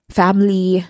family